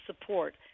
support